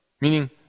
meaning